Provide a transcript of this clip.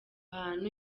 ahantu